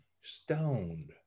stoned